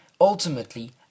ultimately